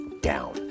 down